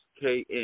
KN